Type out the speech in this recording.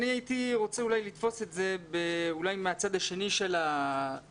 אני הייתי רוצה אולי לתפוס את זה מהצד השני של התמונה.